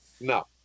No